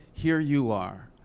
here you are,